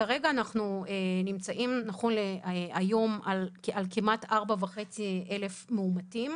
כרגע אנחנו נמצאים על כמעט 4,500 מאומתים